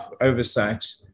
oversight